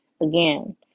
Again